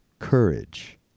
Courage